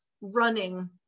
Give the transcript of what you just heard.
running